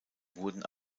wurden